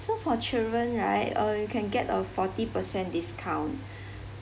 so for children right uh you can get a forty percent discount